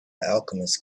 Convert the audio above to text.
alchemist